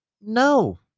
no